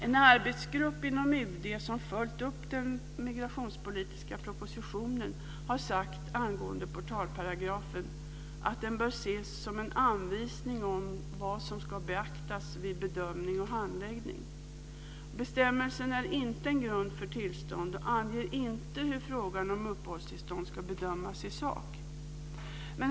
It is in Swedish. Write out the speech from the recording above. En arbetsgrupp inom UD som följt upp den migrationspolitiska propositionen har angående portalparagrafen sagt att den bör ses som en anvisning om vad som ska beaktas vid bedömning och handläggning. Bestämmelsen är inte en grund för tillstånd och anger inte hur frågan om uppehållstillstånd ska bedömas i sak.